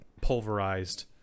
pulverized